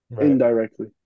Indirectly